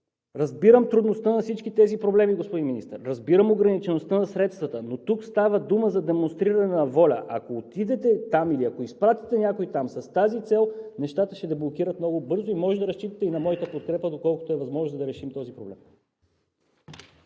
Разбирам трудността на всички тези проблеми, господин Министър, разбирам ограничеността на средствата, но тук става дума за демонстриране на воля. Ако отидете там или ако изпратите някой с тази цел, нещата ще се деблокират много бързо. Можете да разчитате и на моята подкрепа, доколкото е възможно, за да решим този проблем.